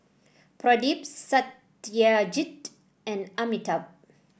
Pradip Satyajit and Amitabh